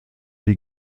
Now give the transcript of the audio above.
die